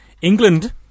England